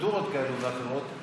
בדיקטטורות כאלה ואחרות,